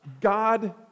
God